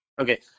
Okay